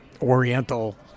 Oriental